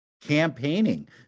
campaigning